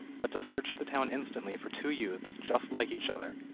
but to search the town instantly for two youths just like each other,